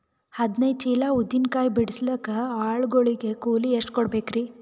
ಹದಿನೈದು ಚೀಲ ಉದ್ದಿನ ಕಾಯಿ ಬಿಡಸಲಿಕ ಆಳು ಗಳಿಗೆ ಕೂಲಿ ಎಷ್ಟು ಕೂಡಬೆಕರೀ?